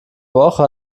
woche